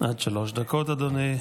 עד שלוש דקות לרשותך, אדוני,